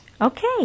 Okay